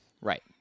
Right